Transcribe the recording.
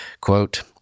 Quote